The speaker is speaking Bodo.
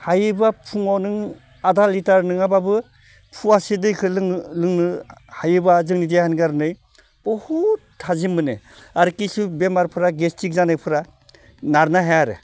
हायोबा फुंआव नों आधा लिटार नङाबाबो फवासे दैखौ लोंनो हायोबा जोंनि देहानि खार'नै बहुद थाजिम मोनो आरो खिसु बेमारफोरा गेस्ट्रिक्ट जानायफोरा नारनो हाया आरो